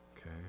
Okay